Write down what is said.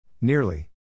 Nearly